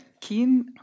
keen